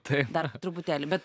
tai dar truputėlį bet